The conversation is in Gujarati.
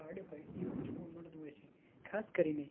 પાડ્યો હોય એવું જોવા મળતું હોય છે ખાસ કરીને